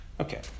Okay